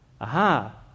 Aha